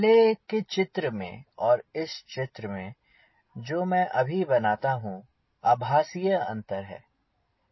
पहले के चित्र में और इस चित्र में जो मैं अभी बनाता हूँ आभासीय अंतर है